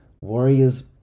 Warriors